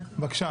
בבקשה.